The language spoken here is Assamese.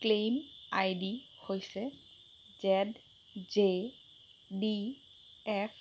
ক্লেইম আইডি হৈছে জেদ জে ডি এফ